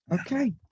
Okay